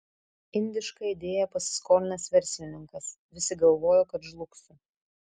indišką idėją pasiskolinęs verslininkas visi galvojo kad žlugsiu